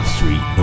Street